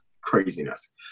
craziness